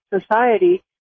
society